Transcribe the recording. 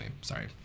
sorry